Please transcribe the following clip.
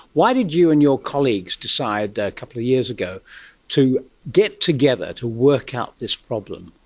why did you and your colleagues decide a couple of years ago to get together to work out this problem?